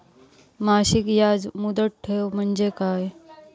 मासिक याज मुदत ठेव म्हणजे काय?